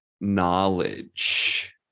knowledge